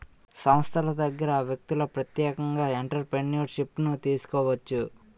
సంస్థల దగ్గర వ్యక్తులు ప్రత్యేకంగా ఎంటర్ప్రిన్యూర్షిప్ను తీసుకోవచ్చు